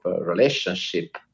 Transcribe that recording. relationship